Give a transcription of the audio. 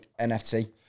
NFT